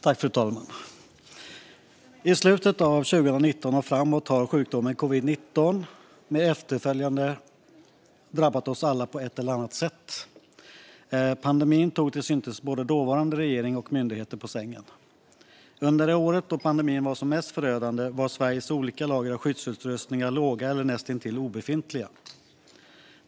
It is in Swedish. Fru talman! Från slutet av 2019 och framåt har sjukdomen covid-19 med efterverkningar drabbat oss alla på ett eller annat sätt. Pandemin tog till synes både dåvarande regering och myndigheter på sängen. Under det år då pandemin var som mest förödande var Sveriges olika lager av skyddsutrustning små eller näst intill obefintliga.